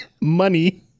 money